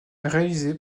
réalisé